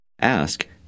Ask